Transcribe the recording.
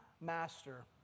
master